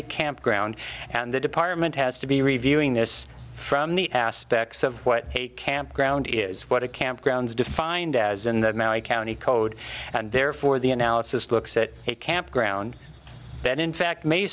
a campground and the department has to be reviewing this from the aspects of what a campground is what a campground is defined as in the county code and therefore the analysis looks at a campground that in fact may